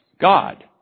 God